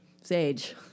Sage